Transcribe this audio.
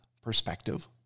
perspective